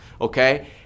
okay